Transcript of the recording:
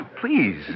please